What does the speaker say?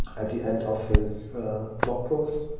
at the end of his blog post,